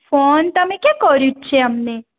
phone તમે ક્યાં કર્યો જ છે અમને